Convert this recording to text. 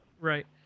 right